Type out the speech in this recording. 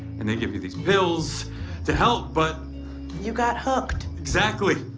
and they give you these pills to help. but you got hooked. exactly.